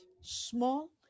small